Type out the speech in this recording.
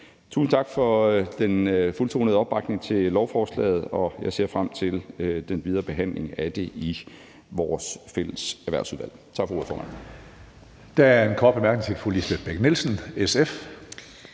Tusind tak for den fuldtonede opbakning til lovforslaget. Jeg ser frem til den videre behandling af det i vores fælles erhvervsudvalg. Tak for ordet, formand.